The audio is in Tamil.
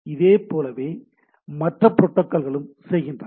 இதைப் போலவே மற்ற புரோட்டோகால்களும் செய்கின்றன